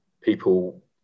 people